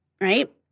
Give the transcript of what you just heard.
right